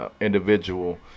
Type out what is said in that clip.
individual